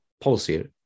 policy